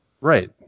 Right